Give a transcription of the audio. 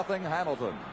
Hamilton